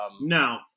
No